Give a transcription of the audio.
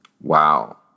Wow